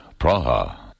Praha